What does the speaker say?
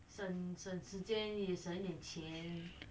省省时间省点钱